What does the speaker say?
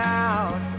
out